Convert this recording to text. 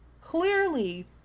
clearly